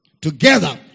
Together